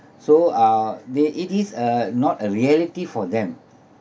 so uh there it is a not a reality for them